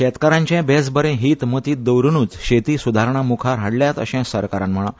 शेतकारांचे बेस बरें हीत मतींत दवरून शेती सुदारणा मुखार हाडल्यात अशें सरकारान म्हळां